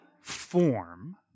form